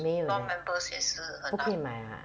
没有 leh 不可以买 ah